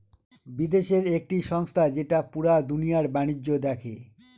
বিদেশের একটি সংস্থা যেটা পুরা দুনিয়ার বাণিজ্য দেখে